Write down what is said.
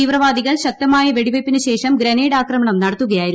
തീവ്രവാദികൾ ശക്തമായ വെടിവയ്പ്പിന് ശേഷം ഗ്രനേഡ് ആക്രമണം നടത്തുകയായിരുന്നു